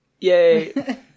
Yay